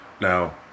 Now